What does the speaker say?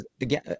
Again